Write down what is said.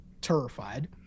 terrified